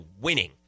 winning